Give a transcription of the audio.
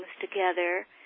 together